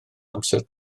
amser